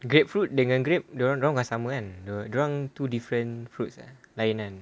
grapefruit dengan grape dia orang tak sama kan dia orang two different fruits ah lain kan